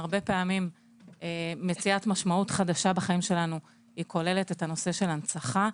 הרבה פעמים מציאת משמעות חדשה בחיים שלנו היא כוללת את הנושא של ההנצחה,